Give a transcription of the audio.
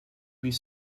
huit